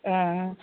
आं